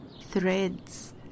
Threads